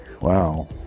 Wow